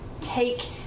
take